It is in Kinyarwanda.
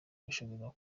bushobora